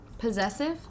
Possessive